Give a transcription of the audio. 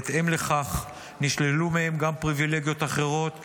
בהתאם לכך, נשללו מהם גם פריבילגיות אחרות כגון: